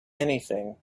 anything